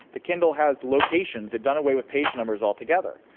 the kindle has locations they've done away with page numbers altogether.